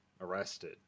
arrested